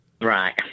Right